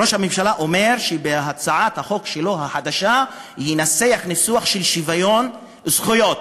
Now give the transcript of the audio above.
ראש הממשלה אומר שבהצעת החוק החדשה שלו ינסח ניסוח של שוויון זכויות.